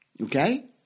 Okay